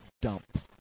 dump